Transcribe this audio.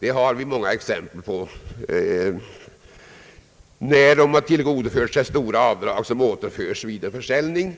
Vi har många exempel på att en person har tillgodogjort sig stora avdrag som återförs vid en försäljning,